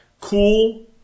cool